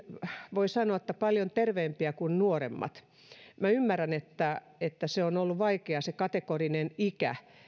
voi sanoa paljon terveempiä kuin nuoremmat ymmärrän että että on ollut vaikea se kategorinen ikä